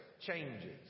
changes